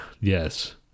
Yes